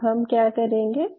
अब हम क्या करेंगे